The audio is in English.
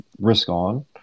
risk-on